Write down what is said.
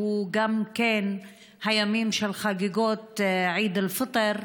שהוא גם מהימים של חגיגות עיד אל-פיטר,